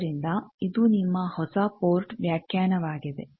ಆದ್ದರಿಂದ ಇದು ನಿಮ್ಮ ಹೊಸ ಪೋರ್ಟ್ ವ್ಯಾಖ್ಯಾನವಾಗಿದೆ